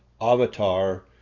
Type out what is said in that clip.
avatar